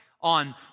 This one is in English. on